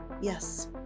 Yes